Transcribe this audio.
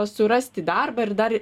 surasti darbą ir dar